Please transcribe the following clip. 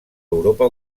europa